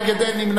אין נמנעים.